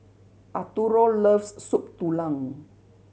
Arturo loves Soup Tulang